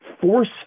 force